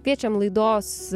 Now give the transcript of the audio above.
kviečiam laidos